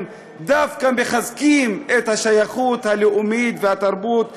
דווקא מחזקים את השייכות הלאומית והתרבות שלהם.